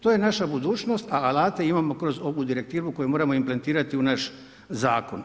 To je naša budućnost, a alate imamo kroz ovu direktivu koju moramo implementirati u naš zakon.